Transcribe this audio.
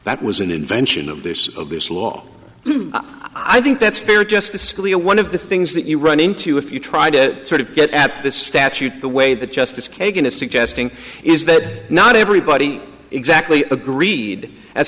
that was an invention of this of this law i think that's fair justice scalia one of the things that you run into if you try to sort of get at this statute the way that justice kagan is suggesting is that not everybody exactly agreed as